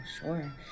sure